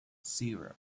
zero